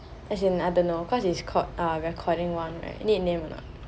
as in I don't know cause it's called recording one right need name or not